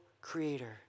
creator